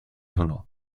hwnnw